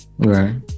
Right